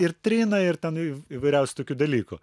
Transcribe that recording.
ir trina ir ten įv įvairiausių tokių dalykų